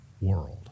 world